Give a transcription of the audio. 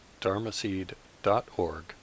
dharmaseed.org